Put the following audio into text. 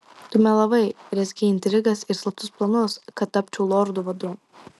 tu melavai rezgei intrigas ir slaptus planus kad tapčiau lordu vadu